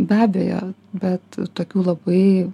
be abejo bet tokių labai